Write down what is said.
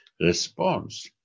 response